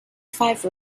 five